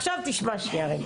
שנייה: